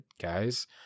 guys